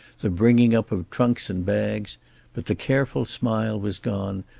the bringing up of trunks and bags but the careful smile was gone,